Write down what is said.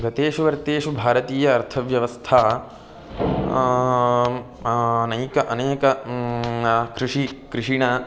गतेषु वर्तेषु भारतीय अर्थव्यवस्था नैके अनेक कृषिः कृषीणाम्